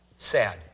Sad